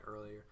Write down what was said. earlier